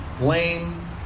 lame